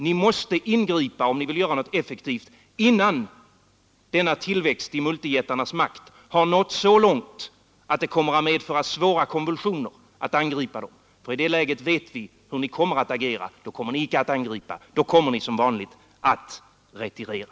Om ni vill göra något tivt måste ni ingripa innan denna tillväxt i multijättarnas makt har nått så långt att det kommer att medföra svåra konvulsioner att angripa dem, för i det läget vet vi hur ni kommer att agera. Då kommer ni icke att angripa. Då kommer ni som vanligt att retirera.